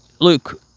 Luke